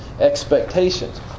expectations